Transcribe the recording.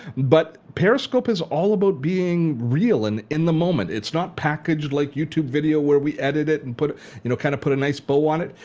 but periscope is all about being real and in the moment. it's not packaged like youtube video where we edit it and you know kind of put a nice bow on it.